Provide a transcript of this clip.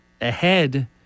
ahead